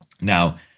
Now